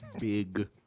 Big